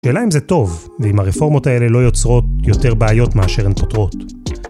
ה‫שאלה אם זה טוב, ‫ואם הרפורמות האלה לא יוצרות ‫יותר בעיות מאשר הן פותרות.